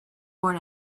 born